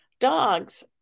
Dogs